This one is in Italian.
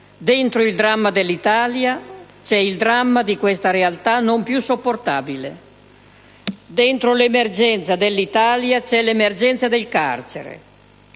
Dentro il dramma dell'Italia c'è il dramma di questa realtà non più sopportabile, dentro l'emergenza dell'Italia c'è l'emergenza delle carceri.